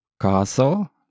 Castle